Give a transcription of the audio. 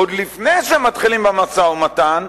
עוד לפני שמתחילים במשא-ומתן,